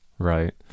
Right